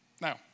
Now